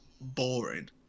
boring